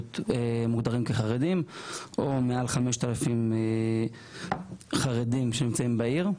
מוגדרים כחרדים או מעל 5,000 חרדים שנמצאים בעיר,